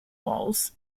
walls